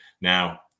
now